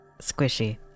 squishy